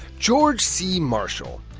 george c. marshall.